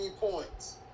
points